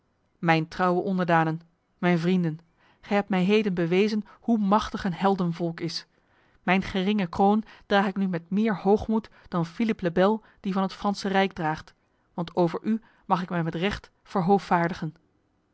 mijn trouwe onderdanen mijn vrienden gij hebt mij heden bewezen hoe machtig een heldenvolk is mijn geringe kroon draag ik nu met meer hoogmoed dan philippe le bel die van het franse rijk draagt want over u mag ik mij met recht